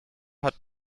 hat